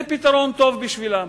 זה פתרון טוב בשבילם.